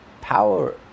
power